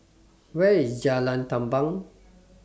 Where IS Jalan Tamban